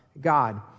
God